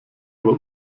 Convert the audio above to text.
war